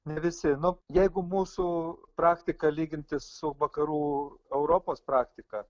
ne visi nu jeigu mūsų praktiką lyginti su vakarų europos praktika